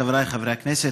חבריי חברי הכנסת,